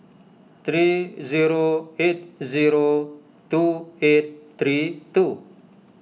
three zero eight zero two eight three two